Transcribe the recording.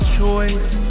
choice